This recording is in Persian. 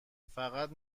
فقط